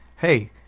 Hey